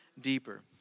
deeper